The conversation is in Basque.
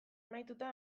amaituta